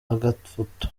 agafoto